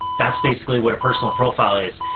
that's basically what a personal profile is.